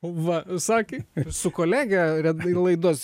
va sakė su kolege red laidos